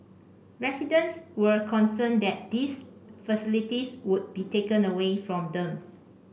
residents were concerned that these facilities would be taken away from them